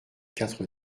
quatre